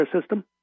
system